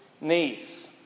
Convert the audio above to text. niece